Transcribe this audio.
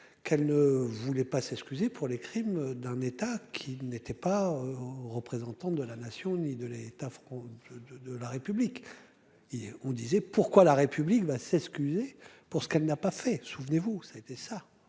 qu'elle ne voulait pas s'excuser pour les crimes d'un État qui n'était pas en représentant de la nation, ni de l'État feront de de la République. Et on disait pourquoi la république va c'est excusez-pour ce qu'elle n'a pas fait, souvenez-vous, ça a été ça